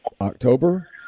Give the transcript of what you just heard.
October